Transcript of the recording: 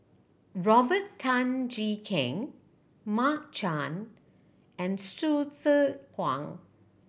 Robert Tan Jee Keng Mark Chan and Hsu Tse Kwang